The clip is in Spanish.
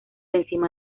encima